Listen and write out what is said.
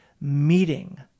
meeting